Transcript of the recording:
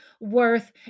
worth